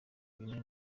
bimwe